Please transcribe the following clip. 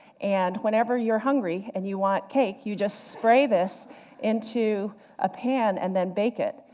and whenever you're hungry and you want cake, you just spray this into a pan and then bake it.